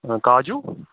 کاجوٗ